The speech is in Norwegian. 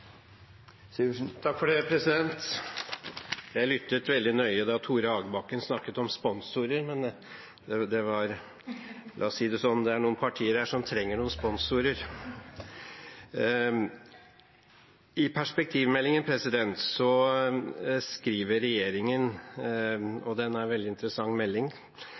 Jeg lyttet veldig nøye da representanten Tore Hagebakken snakket om sponsorer. La meg si det sånn: Det er noen partier her som trenger noen sponsorer. Perspektivmeldingen er en veldig interessant melding. Vi har hatt om den i høring i finanskomiteen, og mange mener at den er